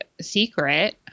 secret